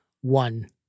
one